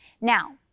Now